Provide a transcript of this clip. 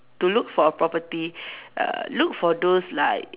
to look for a property uh look for those like